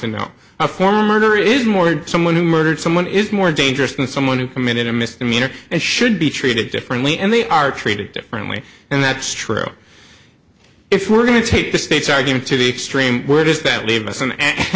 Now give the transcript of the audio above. former is more someone who murdered someone is more dangerous than someone who committed a misdemeanor and should be treated differently and they are treated differently and that's true if we're going to take the state's argument to the extreme where does that leave us in and